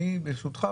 ברשותך,